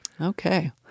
Okay